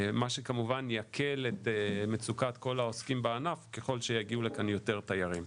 מה שכמובן יקל את מצוקת כל העוסקים בענף ככל שיגיעו לכאן יותר תיירים.